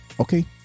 okay